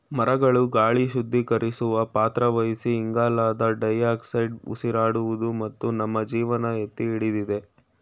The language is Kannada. ಮರಗಳು ಗಾಳಿ ಶುದ್ಧೀಕರಿಸುವ ಪಾತ್ರ ವಹಿಸಿ ಇಂಗಾಲದ ಡೈಆಕ್ಸೈಡ್ ಉಸಿರಾಡುವುದು ಮತ್ತು ನಮ್ಮ ಜೀವನ ಎತ್ತಿಹಿಡಿದಿದೆ